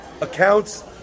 accounts